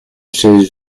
chaises